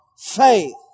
Faith